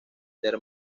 ser